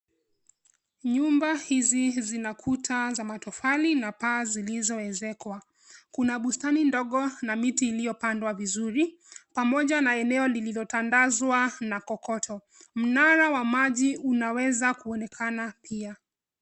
Nyumba hizi zina kuta za matofali na paa zilizoezekwa. Kuna bustani ndogo na miti iliyopandwa vizuri, pamoja na eneo lililotandazwa na kokoto. Mnara wa maji unaweza kuonekana pia.